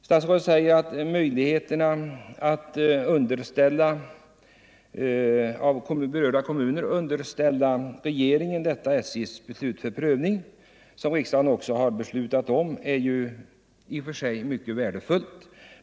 Statsrådet säger att möjligheten för berörda kommuner att underställa regeringen detta SJ:s beslut för prövning — vilket riksdagen också har beslutat om — i och för sig är mycket värdefull.